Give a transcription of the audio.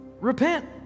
Repent